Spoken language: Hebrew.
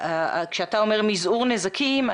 כשאתה אומר מזעור נזקים,